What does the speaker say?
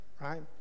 right